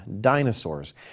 dinosaurs